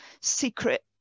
secret